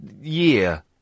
year